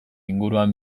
inguruan